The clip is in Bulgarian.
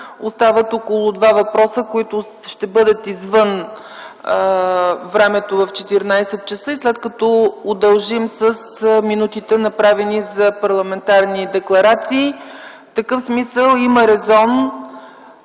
остават около два въпроса, които ще бъдат извън времето в 14,00 ч. и след като удължим с минутите, направени за парламентарни декларации – в такъв смисъл има резон,